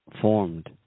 formed